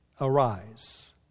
arise